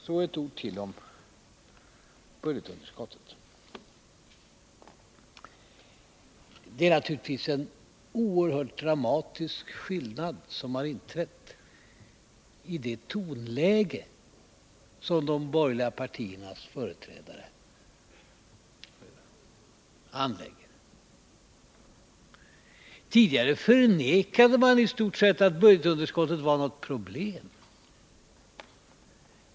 Så ett ord till om budgetunderskottet: Det är naturligtvis en oerhört dramatisk skillnad som har inträtt i det tonläge som de borgerliga partiernas företrädare anlägger. Tidigare förnekade man i stort sett att budgetunderskottet var ett problem.